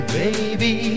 baby